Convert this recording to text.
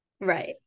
Right